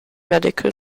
medical